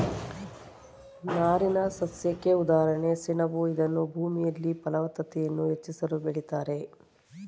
ನಾರಿನಸಸ್ಯಕ್ಕೆ ಉದಾಹರಣೆ ಸೆಣಬು ಇದನ್ನೂ ಭೂಮಿಯಲ್ಲಿ ಫಲವತ್ತತೆಯನ್ನು ಹೆಚ್ಚಿಸಲು ಬೆಳಿತಾರೆ